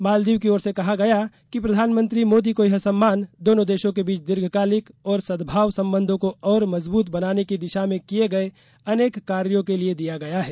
मालदीव की ओर से कहा गया कि प्रधानमंत्री मोदी को यह सम्मान दोनों देशों के बीच दीर्घकालिक और सद्भाव संबंधों को और मज़बूत बनाने की दिशा में किए गये अनेक कार्यों के लिए दिया गया है